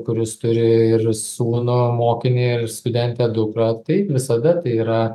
kuris turėji ir sūnų mokinį ir studentę dukrą taip visada taip yra